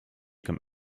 comme